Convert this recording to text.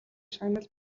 шагнал